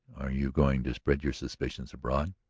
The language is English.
are you going to spread your suspicions abroad?